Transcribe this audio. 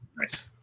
Nice